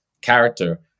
character